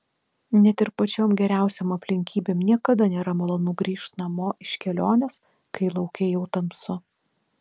net ir pačiom geriausiom aplinkybėm niekada nėra malonu grįžt namo iš kelionės kai lauke jau tamsu